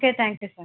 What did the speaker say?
okay thank you sir